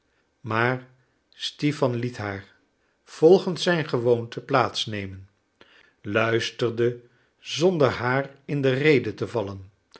maar stipan liet haar volgens zijn gewoonte plaats nemen luisterde zonder haar in de rede te vallen